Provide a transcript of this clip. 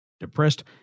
depressed